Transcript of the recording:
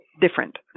different